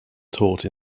taught